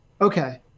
okay